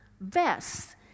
vests